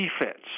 defense